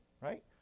right